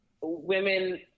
women